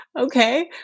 Okay